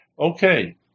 Okay